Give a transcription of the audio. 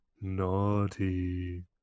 naughty